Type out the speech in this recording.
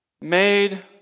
made